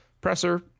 presser